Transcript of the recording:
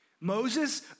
Moses